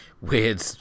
weird